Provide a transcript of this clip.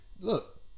Look